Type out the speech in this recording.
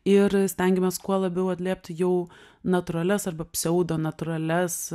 ir stengėmės kuo labiau atliepti jau natūralias arba pseudo natūralias